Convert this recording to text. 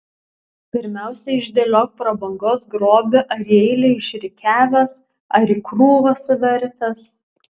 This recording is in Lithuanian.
pirmiausia išdėliok prabangos grobį ar į eilę išrikiavęs ar į krūvą suvertęs